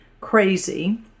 crazy